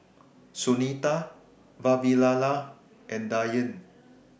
Sunita Vavilala and Dhyan